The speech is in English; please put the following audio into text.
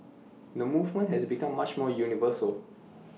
the movement has become much more universal